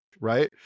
right